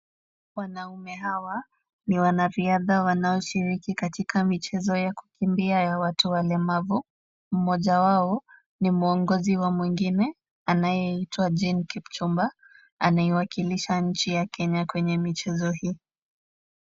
Wanaume hawa, ni wanariadha wanaoshiriki katika michezo ya kukimbia ya watu walemavu. Mmoja wao ni mwongozi wa mwingine anayeitwa Jean Kipchumba, anaiwakilisha nchi ya Kenya kwenye michezo hii.